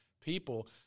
people